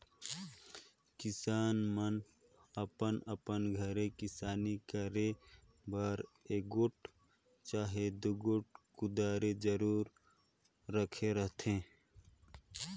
किसान मन अपन अपन घरे किसानी करे बर एगोट चहे दुगोट कुदारी जरूर राखे रहथे